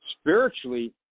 spiritually